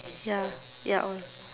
ya ya